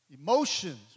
Emotions